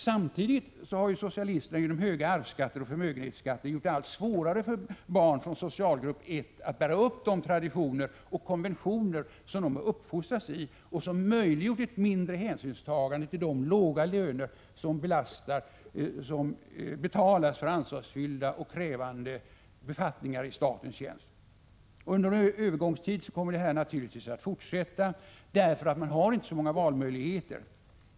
Samtidigt har ju socialisterna genom höga arvsskatter och förmögenhetsskatter gjort det allt svårare för barn från socialgrupp 1 att bära upp de traditioner och konventioner som de har uppfostrats i och som möjliggjort ett mindre hänsynstagande till de låga löner som betalas för ansvarsfyllda och krävande befattningar i statens tjänst. Under en övergångstid kommer detta naturligtvis att fortsätta, eftersom man inte har så många valmöjligheter.